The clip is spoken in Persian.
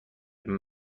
بار